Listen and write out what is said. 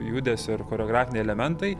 judesio ir choreografiniai elementai